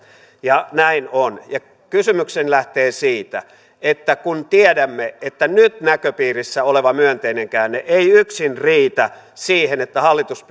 ja näin on kysymykseni lähtee siitä että kun tiedämme että nyt näköpiirissä oleva myönteinen käänne ei yksin riitä siihen että hallitus